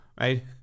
right